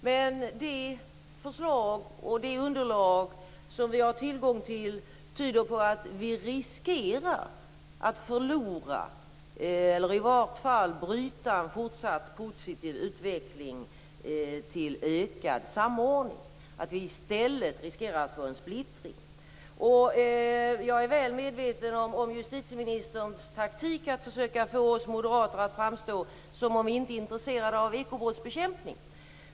Men det förslag och det underlag som vi har tillgång till tyder på att vi riskerar att förlora, eller i varje fall bryta, en fortsatt positiv utveckling till ökad samordning, att vi i stället riskerar att få en splittring. Jag är väl medveten om justitieministerns taktik att försöka få oss moderater att framstå som att vi inte är intresserade av ekobrottsbekämpningen.